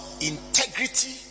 integrity